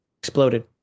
exploded